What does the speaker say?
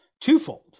twofold